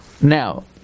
Now